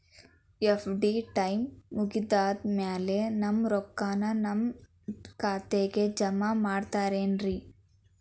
FD time ಮುಗಿದಾದ್ ಮ್ಯಾಲೆ ನಮ್ ರೊಕ್ಕಾನ ನಮ್ ಖಾತೆಗೆ ಜಮಾ ಮಾಡ್ತೇರೆನ್ರಿ?